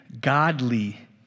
godly